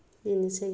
बेनोसै